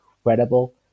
incredible